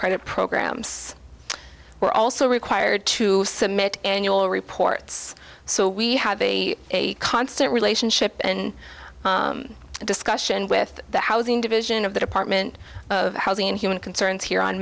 credit programs were also required to submit annual reports so we have a constant relationship and discussion with the housing division of the department of housing and human concerns here on